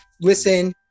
listen